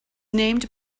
named